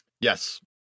Yes